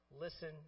listen